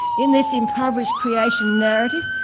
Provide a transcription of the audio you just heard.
in this impoverished creation narrative,